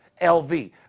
LV